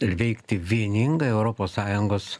ir veikti vieningai europos sąjungos